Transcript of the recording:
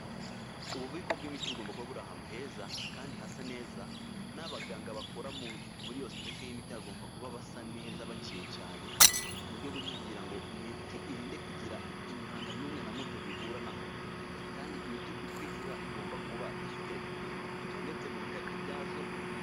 Ububiko bw'imiti bugomba kuba buri ahantu heza kandi hasa neza, n'abaganga bakora muri iyo sitoke y'imiti bagomba kuba basa neza bakeye cyane, mu rwego rwo kugira ngo imiti irinde kugira umwanda n'umwe na muto bihuranaho, kandi imiti uko ivura igomba kuba ifite ukuntu itondetse mu bikarito byazo.